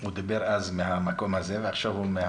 הוא דיבר אז מהמקום הזה ועכשיו הוא מה